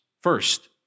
First